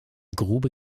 grube